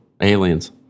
Aliens